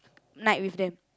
night with them